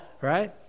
right